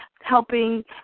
helping